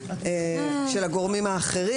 של הגורמים האחרים.